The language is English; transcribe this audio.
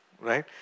Right